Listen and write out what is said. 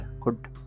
Good